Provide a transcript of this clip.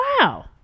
Wow